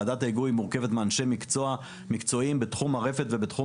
ועדת היגוי מורכבת מאנשי מקצוע בתחום הרפת ובתחום